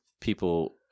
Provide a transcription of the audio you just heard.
people